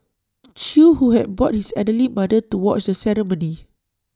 chew who had brought his elderly mother to watch the ceremony